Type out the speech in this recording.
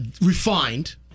refined